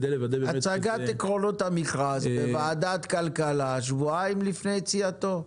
עקרונות המכרז בוועדת הכלכלה שבועיים לפני יציאתו.